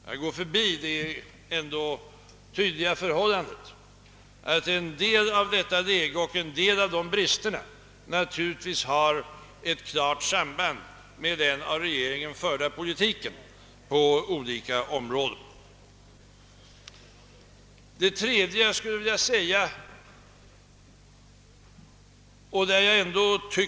Jag går förbi det ändå tydliga förhållandet att en del av detta läge och en del av de bris terna har ett klart samband med den av regeringen förda politiken på olika områden.